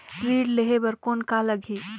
ऋण लेहे बर कौन का लगही?